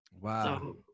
Wow